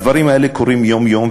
הדברים האלה קורים יום-יום,